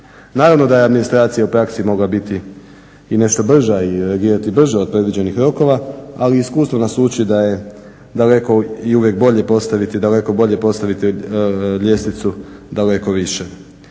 Naravno da je administracija u praksi mogla biti i nešto brža i reagirati brže od predviđenih rokova ali iskustvo nas uči da je daleko i uvijek bolje postaviti daleko bolje